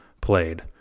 played